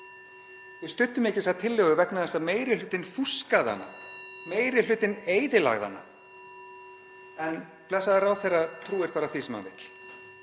Við studdum ekki þessa tillögu vegna þess að meiri hlutinn fúskaði hana, meiri hlutinn eyðilagði hana, en blessaði ráðherrann trúir því sem hann vill.